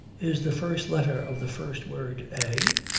is the first letter of the first word a?